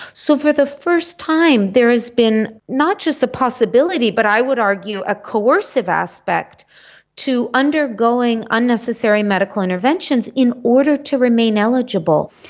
so for the first time there has been not just the possibility but i would argue a coercive aspect to undergoing unnecessary medical interventions in order to remain eligible.